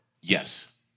Yes